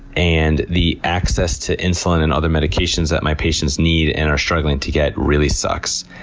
and the access to insulin and other medications that my patients need and are struggling to get really sucks.